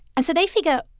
and so they figure,